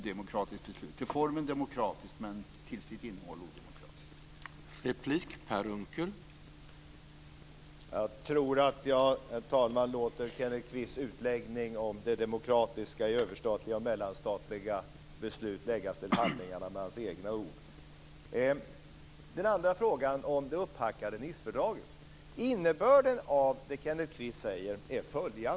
Det är alltså till formen demokratiskt men till sitt innehåll odemokratiskt.